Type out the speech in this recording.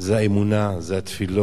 זה האמונה, זה התפילות.